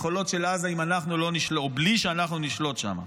בחולות של עזה בלי שאנחנו נשלוט שם.